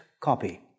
copy